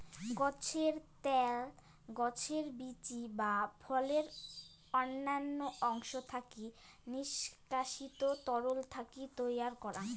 গছের ত্যাল, গছের বীচি বা ফলের অইন্যান্য অংশ থাকি নিষ্কাশিত তরল থাকি তৈয়ার করাং